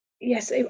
yes